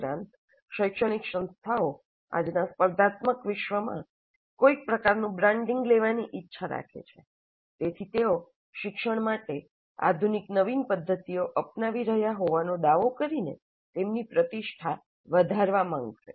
ઉપરાંત શૈક્ષણિક સંસ્થાઓ આજના સ્પર્ધાત્મક વિશ્વમાં કોઈક પ્રકારનું બ્રાંડિંગ લેવાની ઇચ્છા રાખે છે તેથી તેઓ શિક્ષણ માટે આધુનિક નવીન પદ્ધતિઓ અપનાવી રહ્યા હોવાનો દાવો કરીને તેમની પ્રતિષ્ઠા વધારવા માંગશે